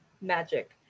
Magic